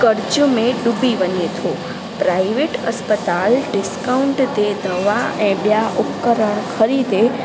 कर्ज में बुडी वञे थो प्राइवेट अस्पताल डिस्काउंट ते दवा ऐं ॿिया उपकरण ख़रीदे